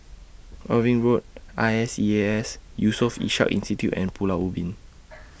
Irving Road I S E A S Yusof Ishak Institute and Pulau Ubin